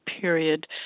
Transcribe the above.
period